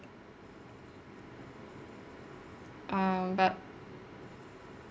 um but